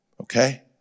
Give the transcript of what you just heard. Okay